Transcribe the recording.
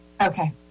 Okay